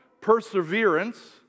perseverance